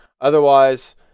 Otherwise